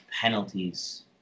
penalties